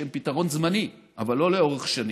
שהם פתרון זמני אבל לא לאורך שנים,